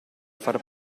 far